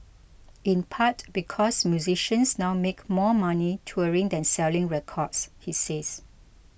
in part because musicians now make more money touring than selling records he says